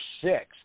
Six